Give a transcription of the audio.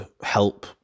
help